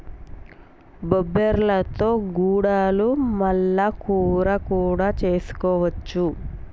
బొబ్బర్లతో గుడాలు మల్ల కూర కూడా చేసుకోవచ్చు